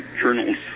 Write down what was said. journals